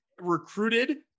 recruited